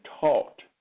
taught